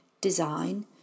Design